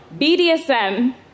BDSM